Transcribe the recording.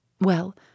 Well